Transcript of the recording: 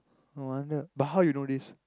no wonder but how you know this